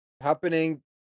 happening